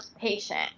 patient